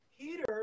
Peter